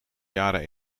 jaren